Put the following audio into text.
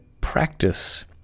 practice